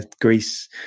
greece